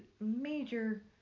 major